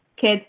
kids